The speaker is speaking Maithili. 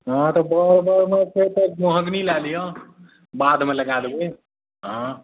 हँ तऽ छै तऽ महोगनी लए लिअ बादमे लगाए देबै हँ